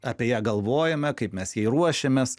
apie ją galvojame kaip mes jai ruošiamės